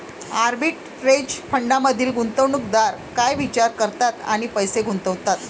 Arbitrage फंडांमधील गुंतवणूकदार काय विचार करतात आणि पैसे गुंतवतात?